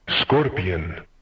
Scorpion